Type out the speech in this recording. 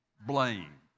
blame